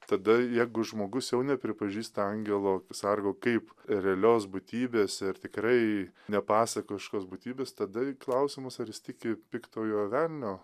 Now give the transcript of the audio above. tada jeigu žmogus jau nepripažįsta angelo sargo kaip realios būtybės ir tikrai ne pasakiškos būtybės tada klausimas ar jis tiki piktojo velnio